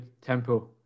tempo